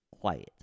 quiet